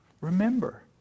Remember